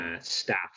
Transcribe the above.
Staff